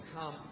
come